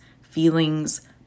feelings